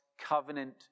covenant